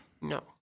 No